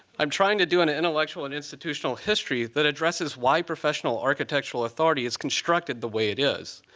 i'm trying to do an intellectual and institutional history that addresses why professional architectural authority is constructed the way it is.